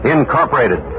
Incorporated